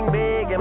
big